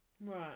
Right